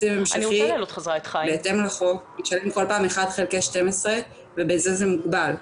תקציב המשכי בהתאם לחוק --- 1/12 ובזה זה מוגבל.